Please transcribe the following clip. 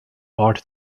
art